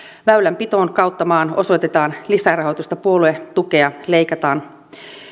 väylänpitoon kautta maan osoitetaan lisärahoitusta puoluetukea leikataan